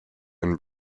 and